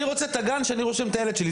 אני רוצה את הגן שאני רושם בו את הילד שלי.